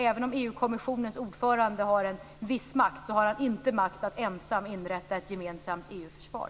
Även om EU-kommissionens ordförande har en viss makt så har han inte makt att ensam inrätta ett gemensamt EU-försvar.